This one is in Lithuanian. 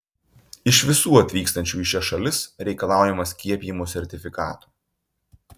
iš visų atvykstančių į šias šalis reikalaujama skiepijimo sertifikato